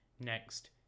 next